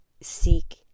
seek